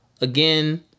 Again